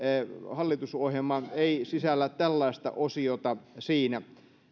hallitusohjelma ei sisällä tällaista osiota siinä